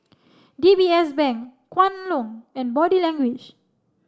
D B S Bank Kwan Loong and Body Language